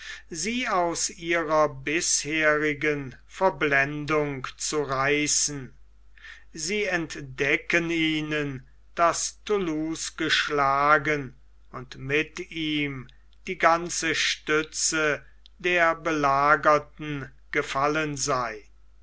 sie aus ihrer bisherigen verblendung zu reißen sie entdecken ihnen daß thoulouse geschlagen und mit ihm die ganze stütze der belagerten gefallen sei